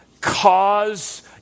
cause